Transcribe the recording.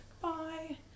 bye